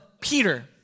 Peter